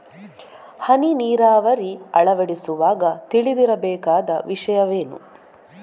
ಹನಿ ನೀರಾವರಿ ಅಳವಡಿಸುವಾಗ ತಿಳಿದಿರಬೇಕಾದ ವಿಷಯವೇನು?